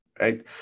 right